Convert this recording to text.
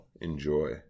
enjoy